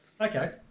okay